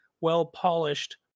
well-polished